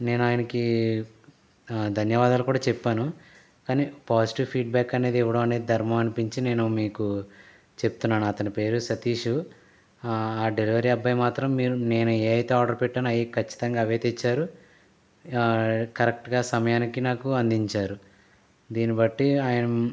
నేను ఆయనకి ధన్యవాదాలు కూడా చెప్పాను కానీ పాజిటివ్ ఫీడ్ బ్యాక్ అనేది ఇవ్వడం అనేది ధర్మం అనిపించి నేను మీకు చెప్తున్నాను అతని పేరు సతీష్ ఆ డెలివరీ అబ్బాయి మాత్రం మీరు నేను ఏదైతే ఆర్డర్ పెట్టానో అవి ఖచ్చితంగా అవే తెచ్చారు కరెక్ట్గా సమయానికి నాకు అందించారు దీన్ని బట్టి ఆయ